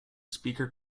speaker